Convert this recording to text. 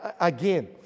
again